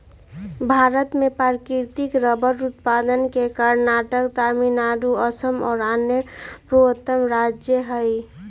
भारत में प्राकृतिक रबर उत्पादक के कर्नाटक, तमिलनाडु, असम और अन्य पूर्वोत्तर राज्य हई